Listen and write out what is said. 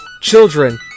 children